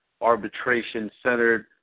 arbitration-centered